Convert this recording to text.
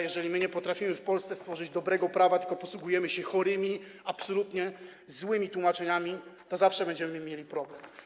Jeżeli my nie potrafimy w Polsce stworzyć dobrego prawa, tylko posługujemy się chorymi, absolutnie złymi tłumaczeniami, to zawsze będziemy mieli problem.